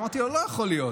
אמרתי לו: לא יכול להיות,